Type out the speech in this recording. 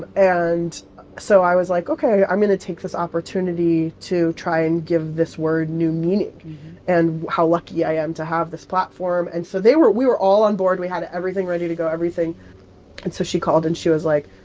and so i was like, ok, i'm going to take this opportunity to try and give this word new meaning and how lucky i am to have this platform. and so they were we were all on board. we had everything ready to go, everything and so she called and she was like,